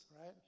right